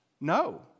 No